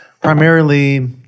primarily